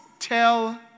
Tell